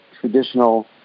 traditional